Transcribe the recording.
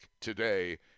today –